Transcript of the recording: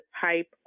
type